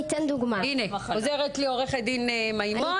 הינה, עוזרת לי עו"ד מימון